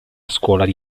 scuola